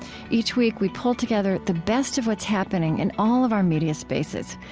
each week we pull together the best of what's happening in all of our media spaces,